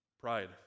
Pride